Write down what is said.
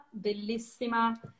bellissima